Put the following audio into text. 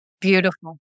Beautiful